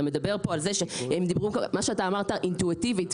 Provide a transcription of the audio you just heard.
מה שאתה אמרת אינטואיטיבית,